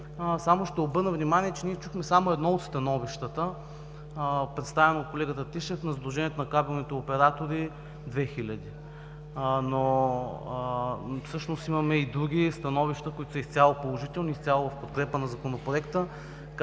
само ще обърна внимание, че ние чухме само едно от становищата, представено от колегата Тишев, на „Сдружение на кабелните оператори 2000“. Всъщност имаме и други становища, които са изцяло положителни и изцяло в подкрепа на Законопроекта,